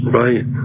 right